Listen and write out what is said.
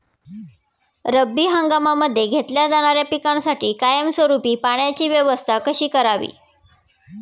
रब्बी हंगामामध्ये घेतल्या जाणाऱ्या पिकांसाठी कायमस्वरूपी पाण्याची व्यवस्था कशी करावी?